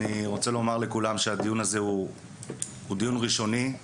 אני רוצה לומר לכולם שהדיון הזה הוא דיון ראשוני,